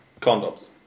condoms